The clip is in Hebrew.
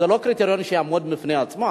זה לא קריטריון שיעמוד בפני עצמו,